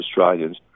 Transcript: Australians